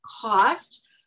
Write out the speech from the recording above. cost